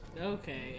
Okay